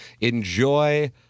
Enjoy